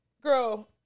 Girl